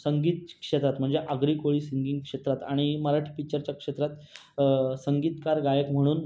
संगीत क्षेत्रात म्हणजे आगरी कोळी सिंगिंग क्षेत्रात आणि मराठी पिच्चरच्या क्षेत्रात संगीतकार गायक म्हणून